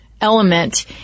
element